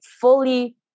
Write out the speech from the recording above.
fully